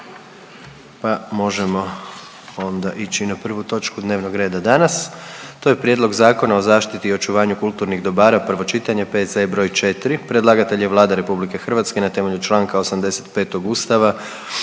pa možemo onda ići na prvu točku dnevnog reda danas, to je: - Prijedlog Zakona o zaštiti i očuvanju kulturnih dobara, prvo čitanje, P.Z.E. br. 4 Predlagatelj je Vlada RH na temelju čl. 85. Ustava